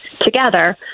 together